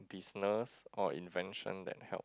business or invention that help